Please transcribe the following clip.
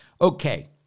Okay